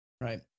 Right